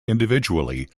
individually